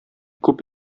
күп